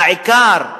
העיקר,